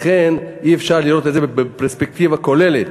לכן אי-אפשר לראות את זה בפרספקטיבה כוללת.